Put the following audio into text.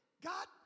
God